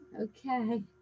Okay